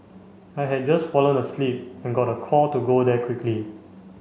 I had just fallen asleep and got a call to go there quickly